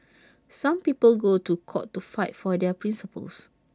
some people go to court to fight for their principles